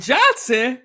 Johnson